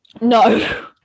no